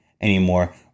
anymore